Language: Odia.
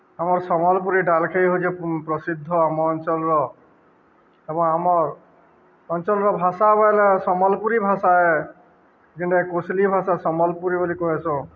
ଆମର୍ ସମ୍ବଲପୁରୀ ଡାଲ୍ଖାଇ କହୁଛେ ପ୍ରସିଦ୍ଧ ଆମ ଅଞ୍ଚଲ୍ର ଏବଂ ଆମର୍ ଅଞ୍ଚଲ୍ର ଭାଷା ବଏଲେ ସମ୍ବଲ୍ପୁରୀ ଭାଷା ଏ ଯେନ୍ଟାକି କୋଶ୍ଲି ଭାଷା ସମ୍ବଲ୍ପୁରୀ ବୋଲି କହେସୁଁ